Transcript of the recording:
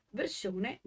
versione